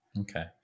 Okay